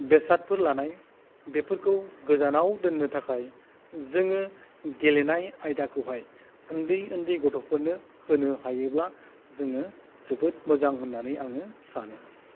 बेसादफोर लानाय बेफोरखौ गोजानाव दोननो थाखाय जोङो गेलेनाय आयदाखौहाय उन्दै उन्दै गथ'फोरनो होनो हायोब्ला जोङो जोबोद मोजां होननानै आङो सानो